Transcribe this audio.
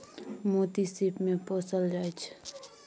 मोती सिप मे पोसल जाइ छै